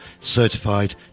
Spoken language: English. Certified